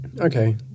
Okay